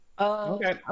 Okay